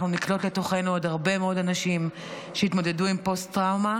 אנחנו נקלוט לתוכנו עוד הרבה מאוד אנשים שיתמודדו עם פוסט-טראומה.